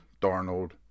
Darnold